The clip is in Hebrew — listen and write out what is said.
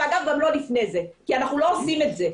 וגם לא לפני כן כי אנחנו לא עושים את זה.